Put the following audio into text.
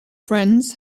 friends